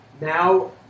Now